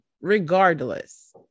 regardless